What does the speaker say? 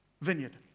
vineyard